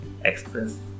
express